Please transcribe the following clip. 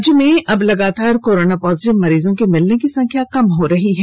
राज्य में अब लगातार कोरोना पॉजिटिव मरीजों के मिलने की संख्या कम हो रही है